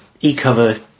e-cover